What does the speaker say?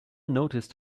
noticed